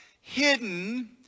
hidden